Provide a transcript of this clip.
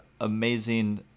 amazing